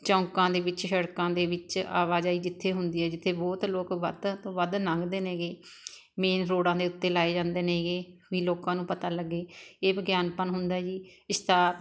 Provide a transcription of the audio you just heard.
ਚੌਂਕਾਂ ਦੇ ਵਿੱਚ ਸੜਕਾਂ ਦੇ ਵਿੱਚ ਆਵਾਜਾਈ ਜਿੱਥੇ ਹੁੰਦੀ ਹੈ ਜਿੱਥੇ ਬਹੁਤ ਲੋਕ ਵੱਧ ਵੱਧ ਲੰਘਦੇ ਨੇ ਗੇ ਮੇਨ ਰੋਡਾਂ ਦੇ ਉੱਤੇ ਲਾਏ ਜਾਂਦੇ ਨੇ ਗੇ ਵੀ ਲੋਕਾਂ ਨੂੰ ਪਤਾ ਲੱਗੇ ਇਹ ਵਿਗਿਆਪਨ ਹੁੰਦਾ ਜੀ ਇਸ਼ਤਿਹਾਰ